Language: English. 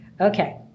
Okay